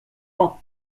poc